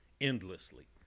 endlessly